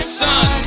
son